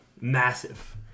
Massive